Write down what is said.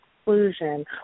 exclusion